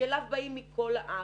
שאליו באים מכל הארץ.